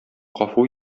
гафу